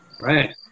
Right